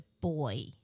boy